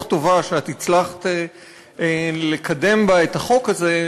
טובה שאת הצלחת לקדם בה את החוק הזה,